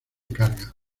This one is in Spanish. carga